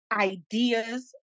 ideas